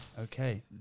Okay